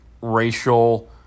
racial